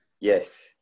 Yes